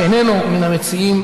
שאיננו מן המציעים,